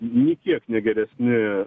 nė kiek ne geresni